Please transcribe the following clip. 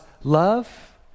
love